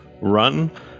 run